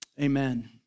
Amen